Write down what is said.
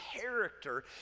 character